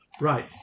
Right